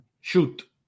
Shoot